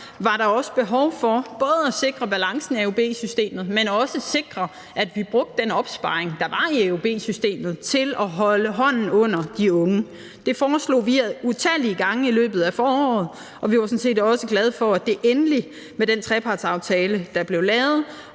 var der også behov for både at sikre balancen i AUB-systemet, men også sikre, at vi brugte den opsparing, der var i AUB-systemet, til at holde hånden under de unge. Det foreslog vi utallige gange i løbet af foråret, og vi var sådan set også glade for, at det endelig med den trepartsaftale, der blev lavet,